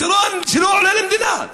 פתרון שלא עולה למדינה.